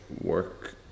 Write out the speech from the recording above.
work